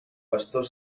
pastor